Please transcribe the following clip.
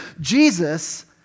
Jesus